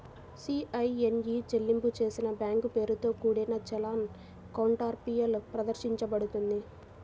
CIN ఇ చెల్లింపు చేసిన బ్యాంక్ పేరుతో కూడిన చలాన్ కౌంటర్ఫాయిల్ ప్రదర్శించబడుతుంది